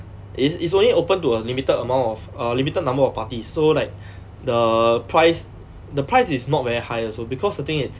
it's it's only open to a limited amount of uh limited number of parties so like the price the price is not very high also because the thing is